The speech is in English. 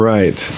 Right